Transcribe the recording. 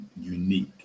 unique